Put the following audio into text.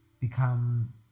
become